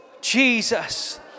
Jesus